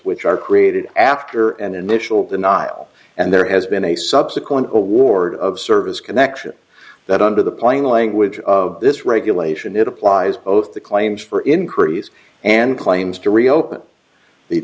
which are created after an initial denial and there has been a subsequent award of service connection that under the plain language of this regulation it applies both the claims for increases and claims to reopen the